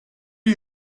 est